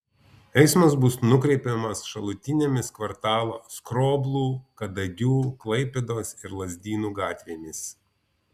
eismas bus nukreipiamas šalutinėmis kvartalo skroblų kadagių klaipėdos ir lazdynų gatvėmis